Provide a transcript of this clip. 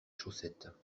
chaussettes